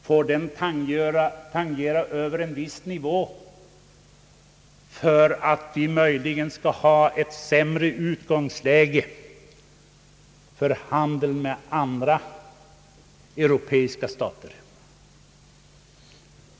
Får den tangera en viss nivå för att vi möjligen skall ha ett sämre utgångsläge för handeln med andra europeiska stater?